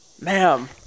ma'am